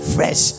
Fresh